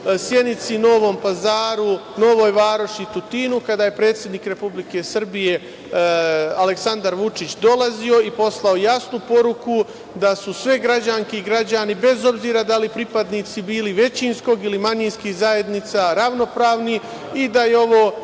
Sjenici, Novom Pazaru, Novoj Varoši i Tutinu, kada jepredsednik Republike Srbije Aleksandar Vučić dolazio i poslao jasnu poruku da su sve građanke i građani, bez obzira da li su pripadnici većinskog ili manjinskih zajednica, ravnopravni i da je ovo